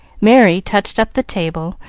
merry touched up the table,